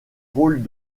rôles